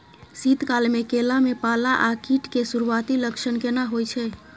शीत काल में केला में पाला आ कीट के सुरूआती लक्षण केना हौय छै?